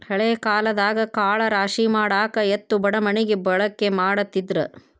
ಹಳೆ ಕಾಲದಾಗ ಕಾಳ ರಾಶಿಮಾಡಾಕ ಎತ್ತು ಬಡಮಣಗಿ ಬಳಕೆ ಮಾಡತಿದ್ರ